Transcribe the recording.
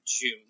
June